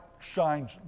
shines